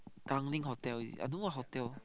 Tanglin hotel is it I don't know what hotel